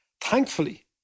thankfully